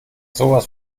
sowas